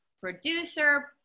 producer